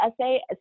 essay